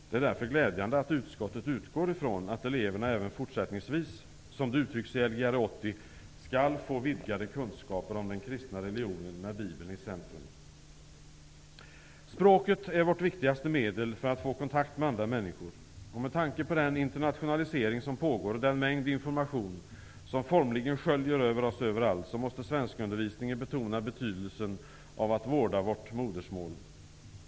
Det är därför glädjande att utskottet utgår från att eleverna även fortsättningsvis, som det uttrycks i Lgr 80, skall få vidgade kunskaper om den kristna religionen med Bibeln i centrum. Språket är vårt viktigaste medel för att få kontakt med andra människor. Med tanke på den internationalisering som pågår och den mängd information som formligen sköljer över oss överallt måste man i svenskundervisningen betona betydelsen av att vårt modersmål vårdas.